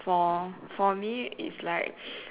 for for me it's like